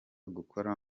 gukora